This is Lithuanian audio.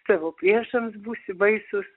tavo priešams būsi baisus